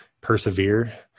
persevere